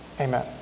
Amen